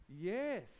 Yes